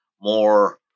more